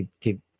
keep